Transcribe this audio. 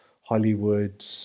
Hollywood